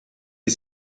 die